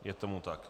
Je tomu tak.